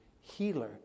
healer